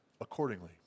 accordingly